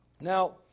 now